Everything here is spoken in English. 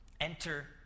Enter